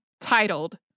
titled